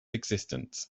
existence